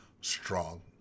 strong